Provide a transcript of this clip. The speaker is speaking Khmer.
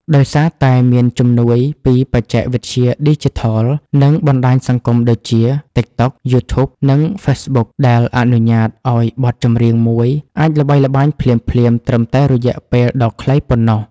ដោយសារតែមានជំនួយពីបច្ចេកវិទ្យាឌីជីថល និងបណ្ដាញសង្គមដូចជា តិកតក់ យូធូប និង ហ្វេសប៊ុក ដែលអនុញ្ញាតឱ្យបទចម្រៀងមួយអាចល្បីល្បាញភ្លាមៗត្រឹមតែរយៈពេលដ៏ខ្លីប៉ុណ្ណោះ។